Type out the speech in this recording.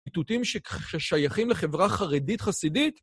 אתותים ששייכים לחברה חרדית-חסידית.